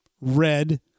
red